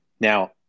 Now